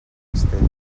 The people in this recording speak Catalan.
castell